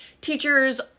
teachers